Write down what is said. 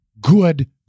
good